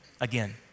Again